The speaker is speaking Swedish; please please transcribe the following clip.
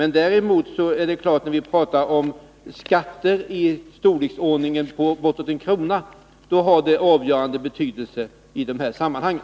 När vi däremot pratar om skatter i storleksordningen bortåt en krona per liter etanol, då har det avgörande betydelse i sammanhangen.